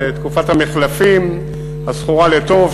תקופת המחלפים הזכורה לטוב,